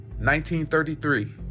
1933